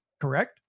Correct